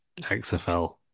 XFL